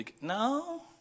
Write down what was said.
No